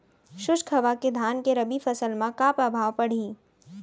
शुष्क हवा के धान के रबि फसल मा का प्रभाव पड़ही?